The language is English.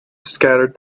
scattered